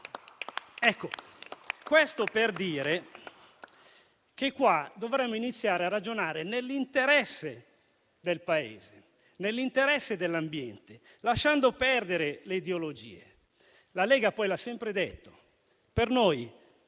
Questo per dire che qui dovremmo iniziare a ragionare nell'interesse del Paese e dell'ambiente, lasciando perdere le ideologie. La Lega, poi, l'ha sempre detto: per noi